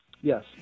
Yes